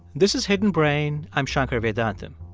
this is hidden brain. i'm shankar vedantam.